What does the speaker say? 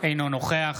אינו נוכח